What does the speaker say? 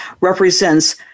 represents